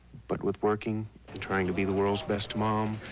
but with working and trying to be the world's best mom,